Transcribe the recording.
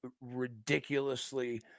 ridiculously